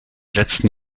letzten